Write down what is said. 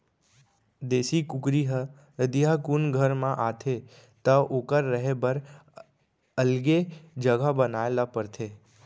देसी कुकरी ह रतिहा कुन घर म आथे त ओकर रहें बर अलगे जघा बनाए ल परथे